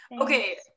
Okay